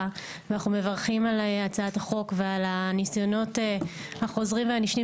ואנחנו מברכים על הצעת החוק ועל הניסיונות החוזרים והנשנים